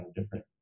different